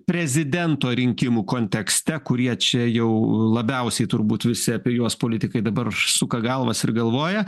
prezidento rinkimų kontekste kurie čia jau labiausiai turbūt visi apie juos politikai dabar suka galvas ir galvoja